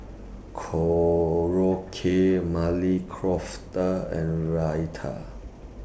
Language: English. Korokke Maili and Raita